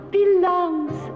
belongs